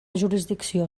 jurisdicció